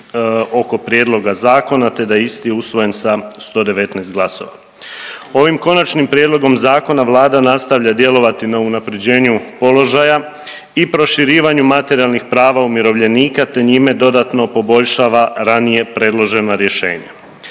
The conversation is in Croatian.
oko prijedloga zakona, te da je isti usvojen sa 119 glasova. Ovim Konačnim prijedlogom zakona vlada nastavlja djelovati na unaprjeđenju položaja i proširivanju materijalnih prava umirovljenika, te njime dodatno poboljšava ranije predložena rješenja.